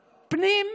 הפנים,